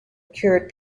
cured